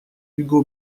ugo